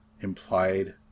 implied